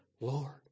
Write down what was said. Lord